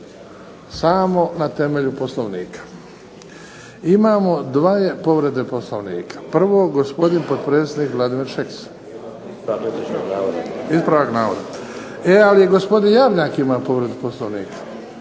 samo na temelju Poslovnika. Imamo 2 povrede Poslovnika. Prvo gospodin potpredsjednik Vladimir Šeks. … /Upadica se ne razumije./… Ispravak navoda? E, ali gospodin Jarnjak ima povredu Poslovnika.